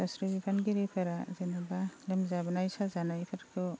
सावस्रि बिफानगिरिफोरा जेनोबा लोमजानाय साजानायफोरखौ